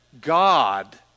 God